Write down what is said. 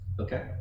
Okay